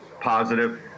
positive